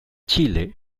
chile